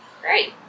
Great